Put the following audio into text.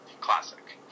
classic